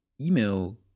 email